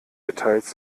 details